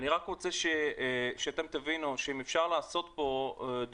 אני רק רוצה שתבינו, אם אפשר לעשות פה דברים